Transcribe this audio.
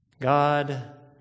God